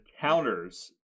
counters